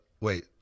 Wait